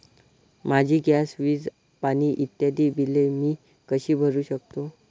माझी गॅस, वीज, पाणी इत्यादि बिले मी कशी भरु शकतो?